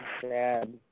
sad